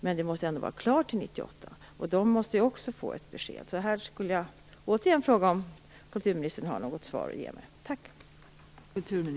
Men det måste ändå vara klart till år 1998. De involverade måste också få ett besked. Har kulturministern något svar att ge mig?